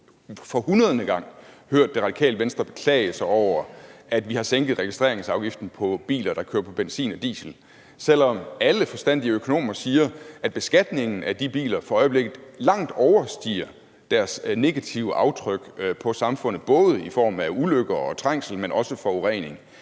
for hundrede gang hørt Det Radikale Venstre beklage sig over, at vi har sænket registreringsafgiften på biler, der kører på benzin og diesel, selv om alle forstandige økonomer siger, at beskatningen af de biler for øjeblikket langt overstiger deres negative aftryk på samfundet både i form af ulykker og trængsel, men også forurening.